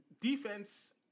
defense